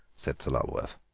said sir lulworth.